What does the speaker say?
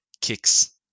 kicks